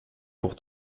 pour